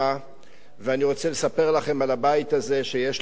ואני רוצה לספר לכם על הבית הזה שיש לי בדאלית-אל-כרמל,